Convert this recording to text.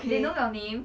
they know your name